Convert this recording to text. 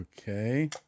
Okay